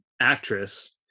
actress